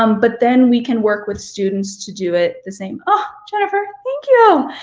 um but then we can work with students to do it the same. oh, jennifer, thank you.